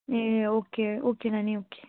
ए okay okay नानी okay